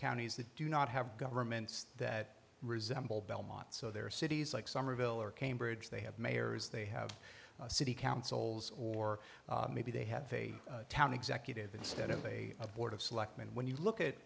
counties that do not have governments that resemble belmont so there are cities like somerville or cambridge they have mayors they have city councils or maybe they have a town executive instead of a a board of selectmen when you look at